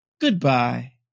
goodbye